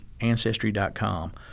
Ancestry.com